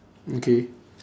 okay